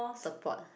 support